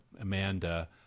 Amanda